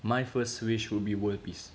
my first wish will be world peace